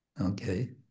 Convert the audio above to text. Okay